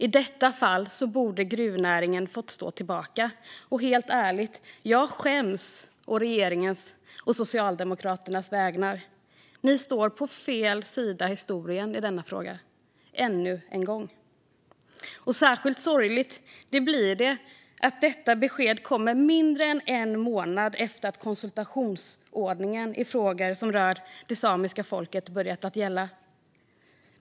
I detta fall borde gruvnäringen ha fått stå tillbaka. Helt ärligt: Jag skäms å regeringens och Socialdemokraternas vägnar. Ni står på fel sida av historien i denna fråga - ännu en gång. Särskilt sorgligt blir det att detta besked kommer mindre än en månad efter att konsultationsordningen i frågor som rör det samiska folket börjat att gälla.